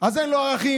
אז אין לו ערכים,